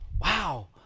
wow